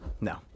No